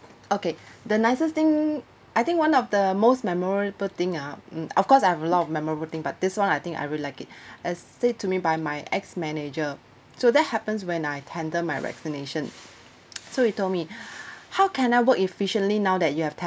okay the nicest thing I think one of the most memorable thing ah mm of course I have a lot of memorable thing but this one I think I really like it as said to me by my ex manager so that happens when I tender my resignation so he told me how can I work efficiently now that you have